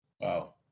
Wow